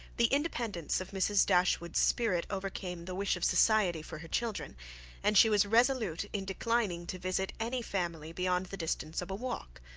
the independence of mrs. dashwood's spirit overcame the wish of society for her children and she was resolute in declining to visit any family beyond the distance of a walk.